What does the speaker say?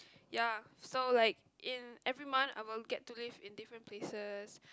ya so like in every month I will get to live in different places